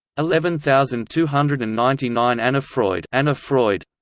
eleven thousand two hundred and ninety nine annafreud annafreud